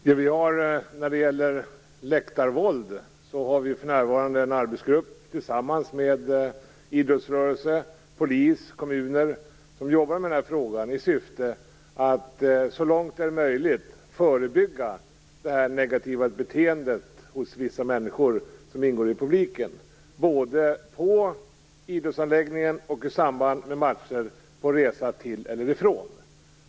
Fru talman! När det gäller läktarvåld finns det för närvarande en arbetsgrupp som består av representanter från idrottsrörelsen, polisen och kommunerna och som jobbar med den här frågan i syfte att så långt det är möjligt förebygga det negativa beteendet hos vissa människor som ingår i publiken. Det gäller både på idrottsanläggningen och i samband med matcher, på resa till eller ifrån.